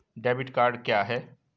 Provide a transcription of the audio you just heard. Debit card क्या है?